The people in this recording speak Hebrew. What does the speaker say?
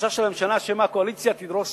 החשש של הממשלה, שמא הקואליציה תדרוש